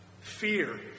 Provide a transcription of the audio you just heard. Fear